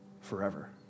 forever